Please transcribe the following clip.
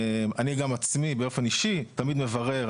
אני גם עצמי באופן אישי תמיד מברר.